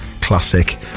classic